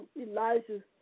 Elijah